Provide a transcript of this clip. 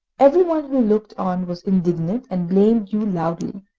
every one who looked on was indignant, and blamed you loudly.